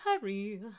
hurry